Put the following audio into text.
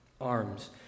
ARMS